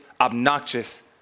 obnoxious